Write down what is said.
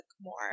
more